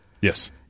Yes